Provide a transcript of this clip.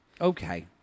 Okay